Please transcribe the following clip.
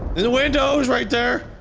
in the windows right there.